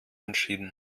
entschieden